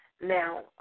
Now